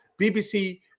BBC